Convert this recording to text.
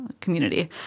community